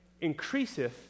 increaseth